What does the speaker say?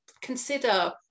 consider